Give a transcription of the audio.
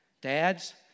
Dads